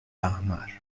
احمر